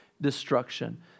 destruction